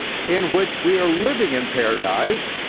in which we're living in paradise.